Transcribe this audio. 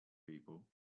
people